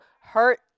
hurt